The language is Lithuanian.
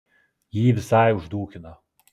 jį visai užduchino